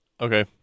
Okay